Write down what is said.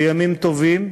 בימים טובים,